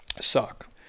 suck